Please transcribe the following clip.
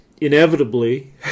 inevitably